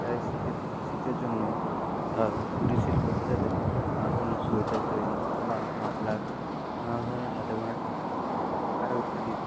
যারা শীতের শীতের জন্যই তাও কুটিরশিল্প হিসাবে নানা ধরনের সোয়েটার তৈরি বা মাফলার ও নানা ধরনের হাতে বোনা টুপি আরও ইত্যাদির